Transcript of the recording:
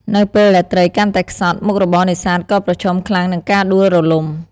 នៅពេលដែលត្រីកាន់តែខ្សត់ មុខរបរនេសាទក៏ប្រឈមខ្លាំងនឹងការដួលរលំ។